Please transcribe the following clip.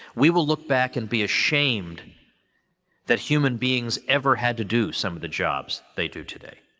we will look back and be ashamed that human beings ever had to do some of the jobs they do today.